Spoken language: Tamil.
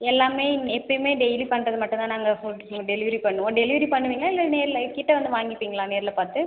எல்லாமே இங் எப்போயுமே டெய்லி பண்ணுறது மட்டும் தான் நாங்கள் ஃபுட் இங்கே டெலிவெரி பண்ணுவோம் டெலிவெரி பண்ணுவீங்களா இல்லை நேரில் எங்கிட்டே வந்து வாங்கிப்பீங்களா நேரில் பார்த்து